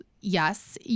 Yes